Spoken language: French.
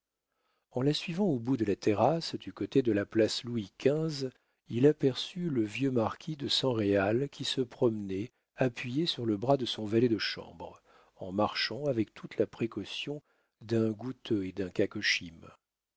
en la suivant au bout de la terrasse du côté de la place louis xv il aperçut le vieux marquis de san réal qui se promenait appuyé sur le bras de son valet de chambre en marchant avec toute la précaution d'un goutteux et d'un